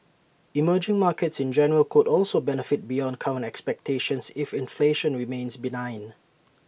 emerging markets in general could also benefit beyond current expectations if inflation remains benign